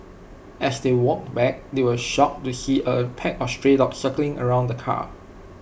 as they walked back they were shocked to see A pack of stray dogs circling around the car